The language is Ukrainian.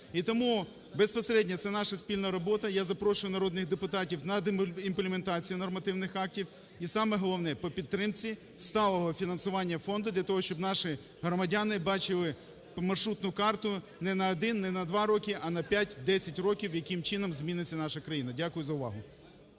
І тому безпосередньо це наша спільна робота, я запрошую народних депутатів на імплементацію нормативних актів. І саме головне, по підтримці, сталого фінансування фонду, для того щоб наші громадяни бачили маршрутну карту не на один, не на два роки, а на 5, 10 років, яким чином зміниться наша країна. Дякую за увагу.